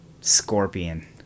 scorpion